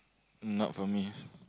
not for me